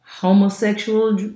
Homosexual